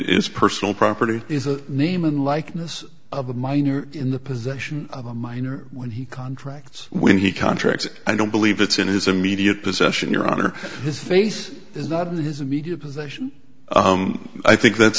is personal property is a name and likeness of a minor in the possession of a minor when he contracts when he contracts i don't believe it's in his immediate possession your honor his face is not in his immediate possession i think that's